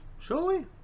Surely